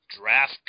draft